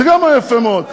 זה גם היה יפה מאוד.